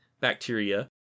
bacteria